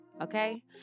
Okay